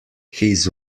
his